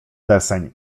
deseń